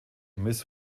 miss